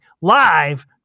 live